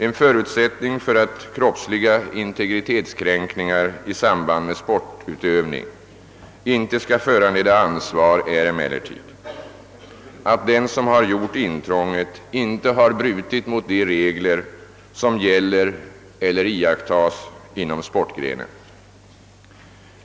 En förutsättning för att kroppsliga integritetskränkningar i samband med sportutövning inte skall föranleda ansvar är emellertid att den som har gjort intrånget inte har brutit mot de regler som gäller eller iakttages inom sportgrenen.